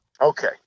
Okay